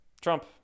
Trump